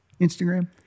instagram